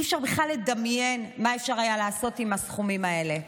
אי-אפשר בכלל לדמיין מה אפשר היה לעשות עם הסכומים האלה.